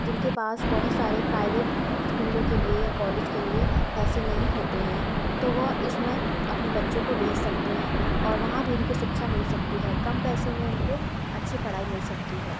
जिनके पास बहुत सारे प्राइवेट स्कूलों के लिए या कॉलेज के लिए पैसे नहीं होते हैं तो वो इसमें अपने बच्चों को भेज सकते हैं और वहाँ भी उनको शिक्षा मिल सकती है कम पैसों में उनको अच्छी पढ़ाई मिल सकती है